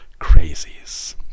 crazies